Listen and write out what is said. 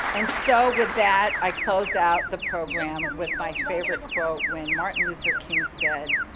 so with that, i close out the program with my favorite quote when martin luther king said,